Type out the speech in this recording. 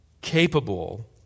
capable